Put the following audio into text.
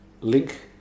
link